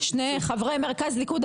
שני חברי מרכז ליכוד,